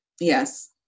Yes